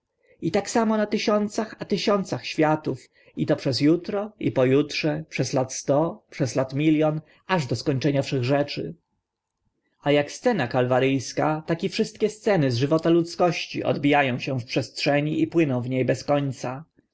i tak samo na tysiącach a tysiącach światów i to przez utro i po utrze przez lat sto przez lat milion aż do skończenia wszechrzeczy a ak scena kalwary ska tak i wszystkie sceny z żywota ludzkości odbija ą się w przestrzeni i płyną w nie bez końca